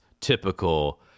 typical